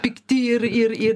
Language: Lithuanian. pikti ir ir ir